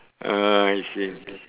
ah I see